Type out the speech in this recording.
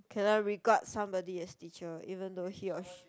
can I regard somebody as teacher even though he or she